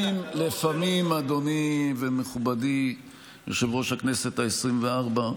אדוני ומכובדי יושב-ראש הכנסת העשרים-וארבע,